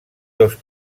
dos